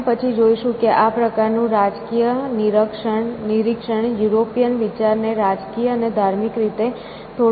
આપણે પછી જોઈશું કે આ પ્રકારનું રાજકીય નિરીક્ષણ યુરોપિયન વિચારને રાજકીય અને ધાર્મિક રીતે થોડો પ્રભાવિત કરે છે